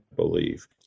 believe